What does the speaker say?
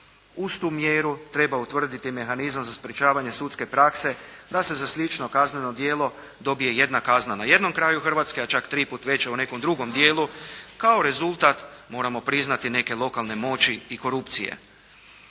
Uz tu mjeru treba utvrditi mehanizam za sprječavanje sudske prakse da se za slično kazneno djelo dobije jedna kazna na jednom kraju Hrvatske, a čak tri puta veća u nekom drugom dijelu, kao rezultat, moramo priznati neke lokalne moći i korupcije.